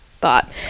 thought